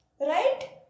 Right